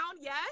yes